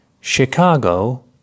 Chicago